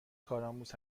کارآموز